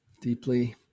deeply